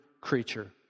creature